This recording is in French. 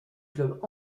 club